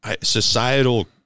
societal